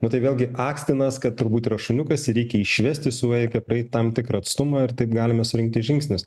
nu tai vėlgi akstinas kad turbūt yra šuniukas jį reikia išvesti su juo reikia praeit tam tikrą atstumą ir taip galima surinkti žingsnius